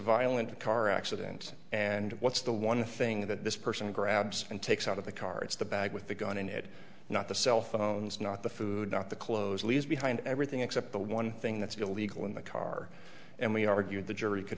violent a car accident and what's the one thing that this person grabs and takes out of the car it's the bag with the gun in it not the cellphones not the food not the clothes leaves behind everything except the one thing that's going to legal in the car and we argued the jury c